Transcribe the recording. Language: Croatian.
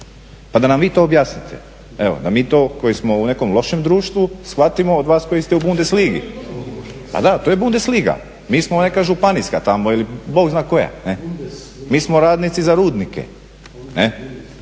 pa da nam vi to objasnite. Evo, da mi to koji smo u nekom lošem društvu shvatimo od vas koji ste u Bundesligi, pa da to je Bundesliga. Mi smo neka županijska tamo ili Bog zna koja. Mi smo radnici za rudnike,